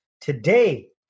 Today